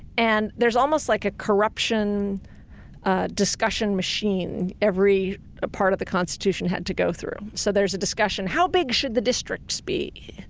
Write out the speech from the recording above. and there's almost like a corruption ah discussion machine every ah part of the constitution had to go through. so there's a discussion how big should the districts be?